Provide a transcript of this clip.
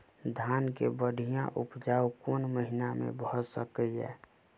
धान केँ बढ़िया उपजाउ कोण महीना मे भऽ सकैय?